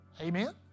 Amen